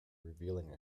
revealing